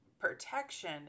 protection